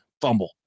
fumble